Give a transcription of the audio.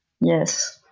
yes